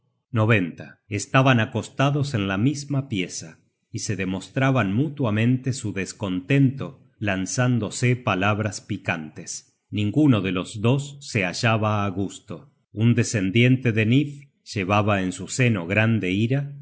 mundo estaban acostados en la misma pieza y se demostraban mutuamente su descontento lanzándose palabras picantes ninguno de los dos se hallaba á gusto un descendiente de nifl llevaba en su seno grande ira pareció delante de gudruna y la